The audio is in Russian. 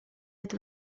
это